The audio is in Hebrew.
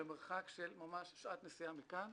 במרחק של ממש שעת נסיעה מכאן.